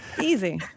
Easy